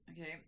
okay